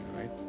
right